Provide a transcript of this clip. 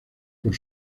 por